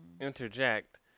interject